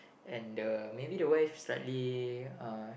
and the maybe the wife slightly uh